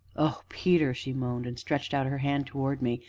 oh, peter! she moaned, and stretched out her hands towards me,